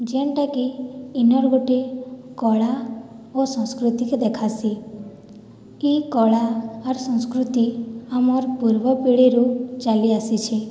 ଯେନ୍ଟାକି ଇନର୍ ଗୋଟିଏ କଳା ଓ ସଂସ୍କୃତିକୁ ଦେଖାସି କି କଳା ଆର୍ ସଂସ୍କୃତି ଆମର ପୂର୍ବ ପିଢ଼ିରୁ ଚାଲି ଆସିଛି